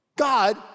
God